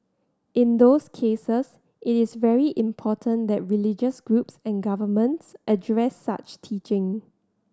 in those cases it is very important that religious groups and governments address such teaching